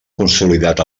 consolidat